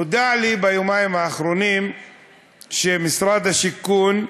נודע לי ביומיים האחרונים שמשרד השיכון,